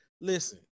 listen